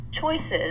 Choices